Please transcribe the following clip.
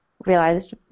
realized